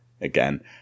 again